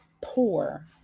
poor